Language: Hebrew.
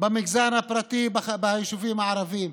במגזר הפרטי ביישובים הערביים.